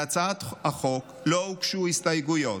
להצעת החוק לא הוגשו הסתייגויות.